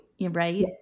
right